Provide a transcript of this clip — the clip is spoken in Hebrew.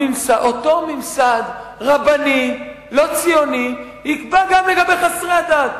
אותו ממסד רבני, לא ציוני, יקבע גם לגבי חסרי הדת.